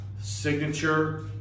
signature